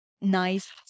nice